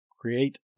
Create